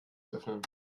öffnen